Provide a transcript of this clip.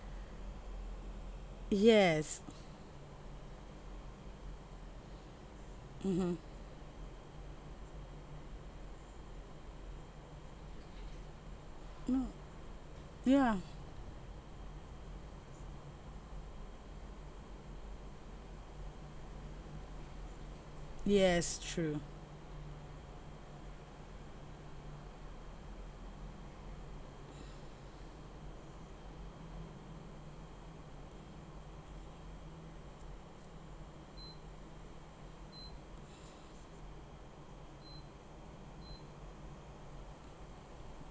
yes mmhmm no ya yes true